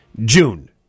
June